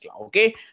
okay